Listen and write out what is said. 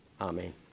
amen